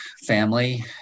family